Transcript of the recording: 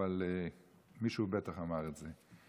אבל מישהו בטח אמר את זה.